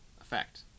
effect